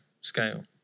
scale